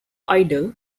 idol